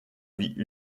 vie